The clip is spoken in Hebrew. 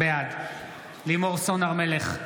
בעד לימור סון הר מלך,